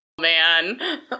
man